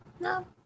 No